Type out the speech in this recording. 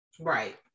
Right